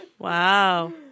Wow